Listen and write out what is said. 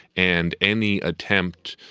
and any attempt